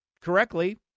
correctly